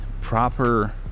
proper